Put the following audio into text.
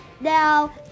Now